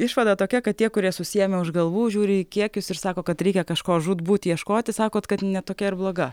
išvada tokia kad tie kurie susiėmę už galvų žiūri į kiekius ir sako kad reikia kažko žūtbūt ieškoti sakot kad ne tokia ar bloga